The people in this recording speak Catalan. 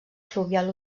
fluvial